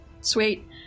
Sweet